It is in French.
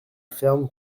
ferme